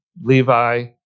Levi